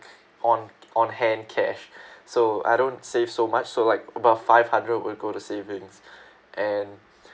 on on hand cash so I don't save so much so like about five hundred will go to savings and